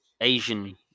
Asian